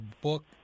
book